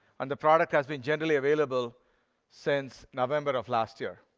and the product has been generally available since november of last year.